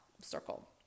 circle